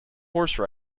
horse